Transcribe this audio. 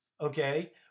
Okay